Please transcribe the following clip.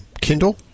Kindle